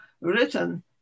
written